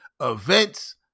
events